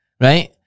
Right